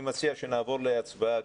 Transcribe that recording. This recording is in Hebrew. אני מציע שנעבור להצבעה,